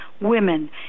women